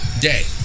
Day